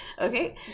Okay